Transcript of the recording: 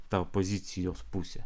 ta opozicijos pusė